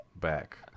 back